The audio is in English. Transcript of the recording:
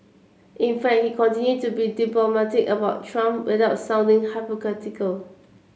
in fact he continued to be diplomatic about Trump without sounding hypocritical